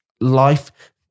life